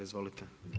Izvolite.